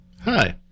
Hi